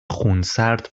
خونسرد